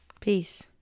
Peace